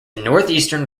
northeastern